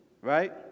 right